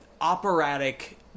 operatic